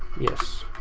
yes.